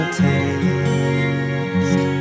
taste